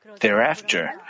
Thereafter